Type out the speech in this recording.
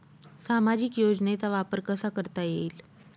सामाजिक योजनेचा वापर कसा करता येईल?